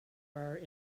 bar